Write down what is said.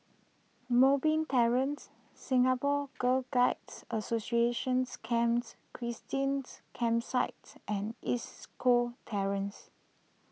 Moonbeam Terrace Singapore Girl Guides Associations Camps Christines Campsites and East Coast Terrace